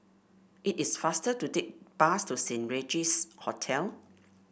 it is faster to take bus to Saint Regis Hotel